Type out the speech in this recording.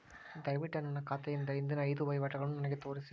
ದಯವಿಟ್ಟು ನನ್ನ ಖಾತೆಯಿಂದ ಹಿಂದಿನ ಐದು ವಹಿವಾಟುಗಳನ್ನು ನನಗೆ ತೋರಿಸಿ